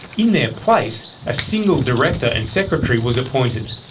in their place, a single director and secretary was appointed.